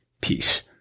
peace